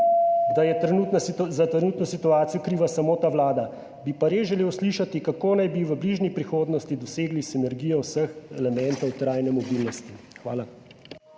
da je za trenutno situacijo kriva samo ta vlada, bi pa res želel slišati, kako naj bi v bližnji prihodnosti dosegli sinergijo vseh elementov trajne mobilnosti. Hvala.